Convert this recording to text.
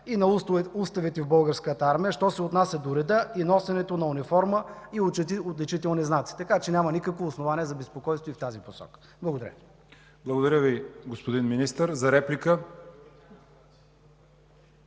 и на уставите в Българската армия, що се отнася до реда и носенето на униформа и отличителни знаци, така че няма никакво основание за безпокойство и в тази посока. Благодаря. ПРЕДСЕДАТЕЛ ЯВОР ХАЙТОВ: Благодаря Ви, господин Министър. За реплика